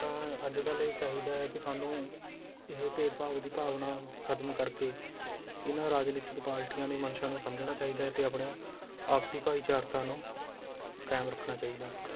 ਤਾਂ ਅੱਜ ਕੱਲ੍ਹ ਇਹ ਚਾਹੀਦਾ ਹੈ ਕਿ ਸਾਨੂੰ ਇਹ ਭੇਦ ਭਾਵ ਦੀ ਭਾਵਨਾ ਖਤਮ ਕਰਕੇ ਇਹਨਾਂ ਰਾਜਨੀਤਿਕ ਪਾਰਟੀਆਂ ਦੀ ਮਨਸ਼ਾ ਨੂੰ ਸਮਝਣਾ ਚਾਹੀਦਾ ਹੈ ਅਤੇ ਆਪਣੇ ਆਪਸੀ ਭਾਈਚਾਰਤਾ ਨੂੰ ਕਾਇਮ ਰੱਖਣਾ ਚਾਹੀਦਾ ਹੈ